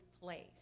place